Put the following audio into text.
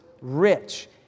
rich